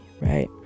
right